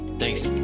Thanks